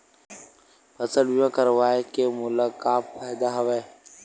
फसल बीमा करवाय के मोला का फ़ायदा हवय?